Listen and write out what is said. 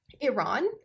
Iran